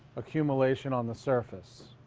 accumulation on the surface.